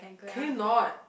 can you not